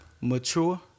mature